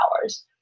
hours